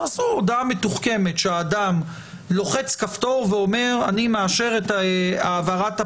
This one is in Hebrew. תעשו הודעה המתוחכמת שהאדם לוחץ כפתור ואומר: אני מאשר את העברת הפרטים.